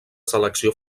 selecció